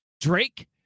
Drake